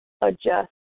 adjust